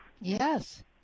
Yes